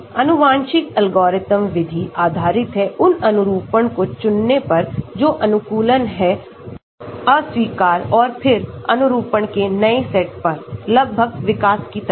आनुवंशिक एल्गोरिथ्म विधि आधारित है उन अनुरूपण को चुनने पर जो अनुकूल हैं अस्वीकार और फिर अनुरूपण के नए सेटपर लगभग विकास की तरह